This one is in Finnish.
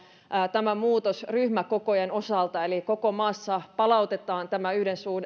tämä muutos ryhmäkokojen osalta eli koko maassa palautetaan tämä